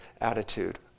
attitude